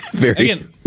again